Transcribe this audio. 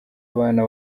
abana